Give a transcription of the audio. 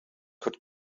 could